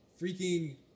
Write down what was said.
freaking